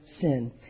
sin